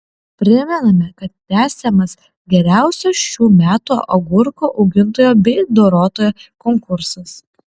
primename kad tęsiamas geriausio šių metų agurkų augintojo bei dorotojo konkursas